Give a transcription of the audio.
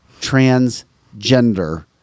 transgender